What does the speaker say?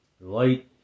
Light